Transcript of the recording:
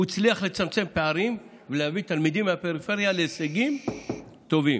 הוא הצליח לצמצם פערים ולהביא תלמידים מהפריפריה להישגים טובים.